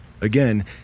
Again